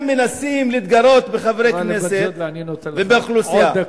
שלוש דקות, ואני נותן לך עוד דקה.